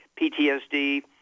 PTSD